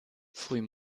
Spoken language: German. früh